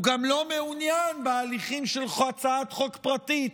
הוא גם לא מעוניין בהליכים של הצעת חוק פרטית.